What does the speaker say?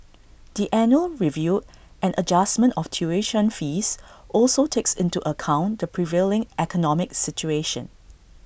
the annual review and adjustment of tuition fees also takes into account the prevailing economic situation